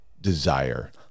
desire